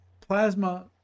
plasma